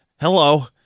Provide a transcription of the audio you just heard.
Hello